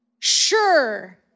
sure